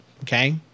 Okay